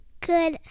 good